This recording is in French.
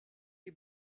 les